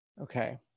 Okay